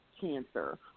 cancer